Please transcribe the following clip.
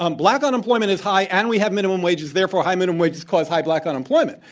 um black unemployment is high, and we have minimum wages, therefore high minimum wages cause high black unemployment,